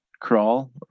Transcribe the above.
crawl